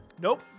nope